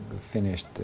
finished